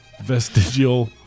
Vestigial